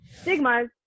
stigmas